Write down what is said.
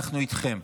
אנחנו איתכם.